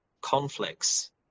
conflicts